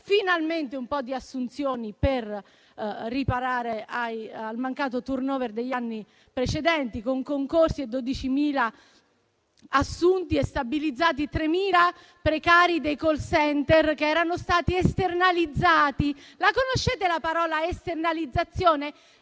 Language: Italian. sono state un po' di assunzioni per riparare al mancato *turnover* degli anni precedenti con concorsi (12.000 assunti) e sono stati stabilizzati 3.000 precari dei *call center* che erano stati esternalizzati. La conoscete la parola esternalizzazione?